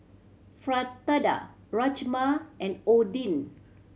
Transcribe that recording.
Fritada Rajma and Oden